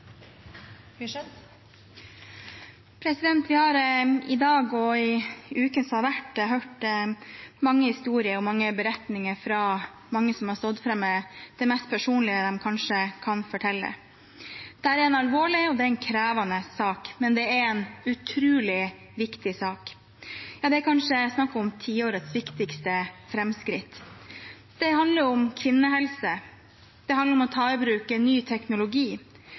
muligheten. Vi har i dag, og i ukene som har vært, hørt mange historier og beretninger fra mange som har stått fram med det mest personlige de kanskje kan fortelle. Dette er en alvorlig og krevende sak, men det er en utrolig viktig sak. Det er kanskje snakk om tiårets viktigste framskritt. Det handler om kvinnehelse, det handler om å ta i bruk en ny teknologi,